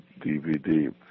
DVD